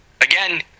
again